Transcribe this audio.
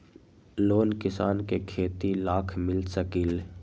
Loan किसान के खेती लाख मिल सकील?